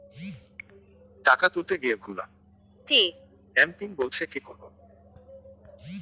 টাকা তুলতে গিয়ে ভুল এ.টি.এম পিন বলছে কি করবো?